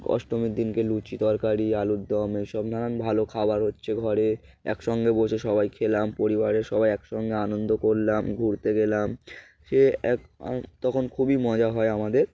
অষ্টমীর দিনকে লুচি তরকারি আলু রদম এইসব নানান ভালো খাবার হচ্ছে ঘরে একসঙ্গে বসে সবাই খেলাম পরিবারের সবাই একসঙ্গে আনন্দ করলাম ঘুরতে গেলাম সে এক তখন খুবই মজা হয় আমাদের